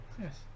Yes